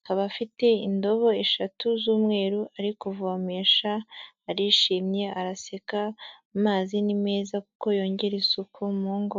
akaba afite indobo eshatu z'umweru ari kuvomesha, arishimye araseka. Amazi ni meza kuko yongera isuku mu ngo.